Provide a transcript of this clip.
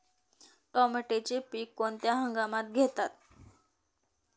टोमॅटोचे पीक कोणत्या हंगामात घेतात?